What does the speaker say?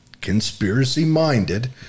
conspiracy-minded